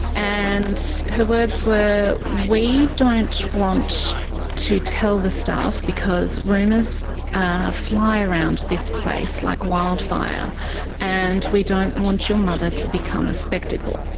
and her words were, we don't want to tell the staff because rumours fly around this place like wildfire and we don't want your mother to become a spectacle.